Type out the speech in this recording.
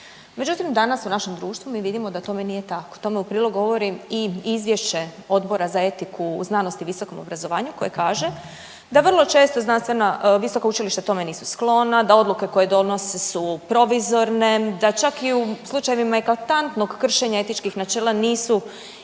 međutim danas u našem društvu mi vidimo da tome nije tako, tome u prilog govori i izvješće Odbora za etiku u znanosti i visokom obrazovanju koje kaže da vrlo često znanstvena visoka učilišta tome nisu sklona, da odluke koje donose su provizorne, da čak i u slučajevima eklatantnog kršenja etičkih načela nisu izricali